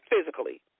physically